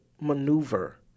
Maneuver